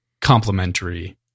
complementary